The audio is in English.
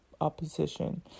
opposition